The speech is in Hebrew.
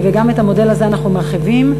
וגם את המודל הזה אנחנו מרחיבים,